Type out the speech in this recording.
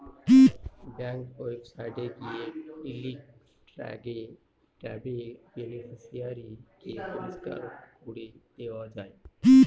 bank ওয়েবসাইটে গিয়ে delete ট্যাবে বেনিফিশিয়ারি কে পরিষ্কার করে দেওয়া যায়